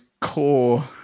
core